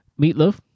Meatloaf